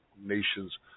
nations